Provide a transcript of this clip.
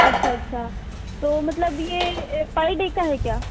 अच्छा अच्छा तो मतलब ये पर डे का है क्या